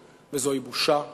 וזוהי בושה גדולה.